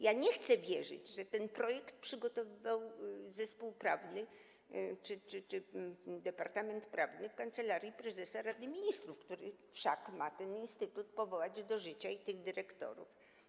Ja nie chcę wierzyć w to, że ten projekt przygotowywał zespół prawny czy Departament Prawny w Kancelarii Prezesa Rady Ministrów, który wszak ma ten instytut powołać do życia i powołać tych dyrektorów.